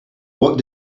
what